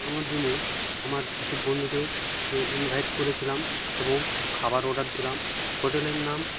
জন্মদিনে আমার কিছু বন্ধুকে ইনভাইট করেছিলাম এবং খাবার অর্ডার দিলাম হোটেলের নাম